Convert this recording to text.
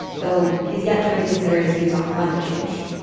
though, he's yet to reconsider his views on climate change.